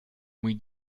mój